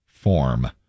form